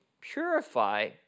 purify